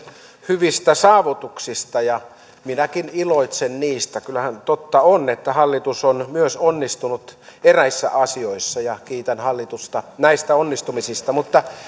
hyvistä saavutuksista ja minäkin iloitsen niistä kyllähän totta on että hallitus on myös onnistunut eräissä asioissa ja kiitän hallitusta näistä onnistumisista